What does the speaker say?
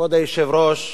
כבוד היושב-ראש,